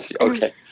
Okay